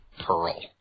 Pearl